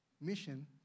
mission